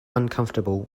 uncomfortable